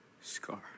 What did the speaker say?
scar